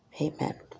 Amen